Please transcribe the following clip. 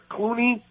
Clooney